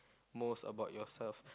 most about yourself